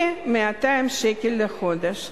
כ-200 שקל לחודש.